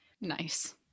nice